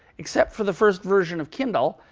except for the first version of kindle,